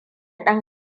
ɗan